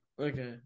Okay